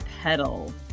pedal